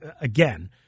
again